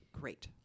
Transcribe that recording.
great